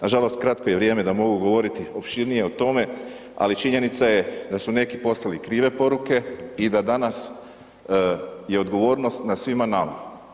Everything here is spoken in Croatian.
Nažalost kratko je vrijeme da mogu govoriti opširnije o tome, ali činjenica je da su neki poslali krive poruke i da danas je odgovornost na svima nama.